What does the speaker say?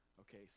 Okay